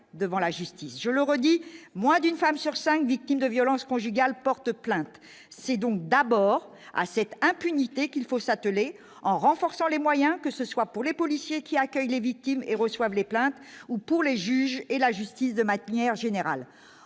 devant la justice, je le redis, moins d'une femme sur 5 victimes de violences conjugales porte plainte, c'est donc d'abord à cette impunité qu'il faut s'atteler, en renforçant les moyens que ce soit pour les policiers, qui accueille les victimes et reçoivent les plaintes ou pour les juges et la justice, de manière générale,